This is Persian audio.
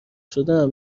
شدم